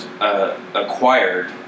Acquired